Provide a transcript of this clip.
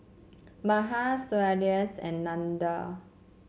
Mahan Sundaresh and Nandan